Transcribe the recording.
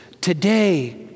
today